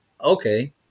okay